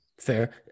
Fair